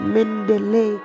Mendele